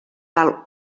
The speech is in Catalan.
val